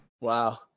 Wow